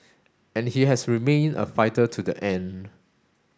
and he has remained a fighter to the end